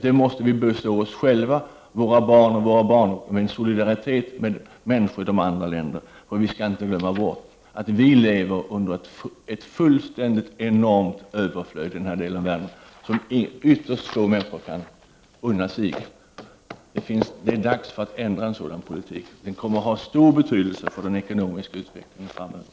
Det måste vi bestå oss själva, våra barn och våra barnbarn, i solidaritet med människorna i de andra länderna. Vi skall inte glömma bort att vi i den här delen av världen lever i ett fullständigt enormt överflöd, som ytterst få människor kan unna sig. Det är dags att ändra den politiken. Det kommer att ha stor betydelse för den ekonomiska utvecklingen framöver.